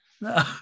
No